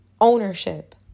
ownership